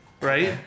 right